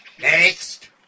Next